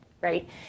Right